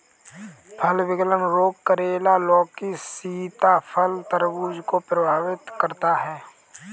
फल विगलन रोग करेला, लौकी, सीताफल, तरबूज को प्रभावित करता है